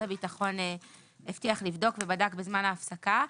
הביטחון הבטיח לבדוק ובדק בזמן ההפסקה.